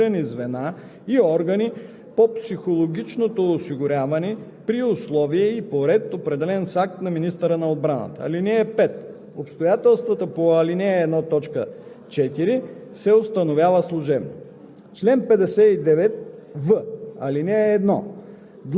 Психологичната пригодност за срочна служба в доброволния резерв по ал. 1, т. 3 се определя от специализирани звена и органи по психологичното осигуряване при условия и по ред, определени с акт на министъра на отбраната. (5)